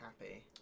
Happy